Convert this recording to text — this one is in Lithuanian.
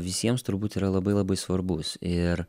visiems turbūt yra labai labai svarbus ir